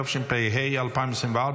התשפ"ה 2024,